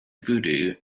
voodoo